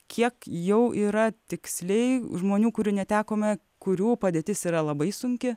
kiek jau yra tiksliai žmonių kurių netekome kurių padėtis yra labai sunki